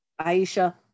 Aisha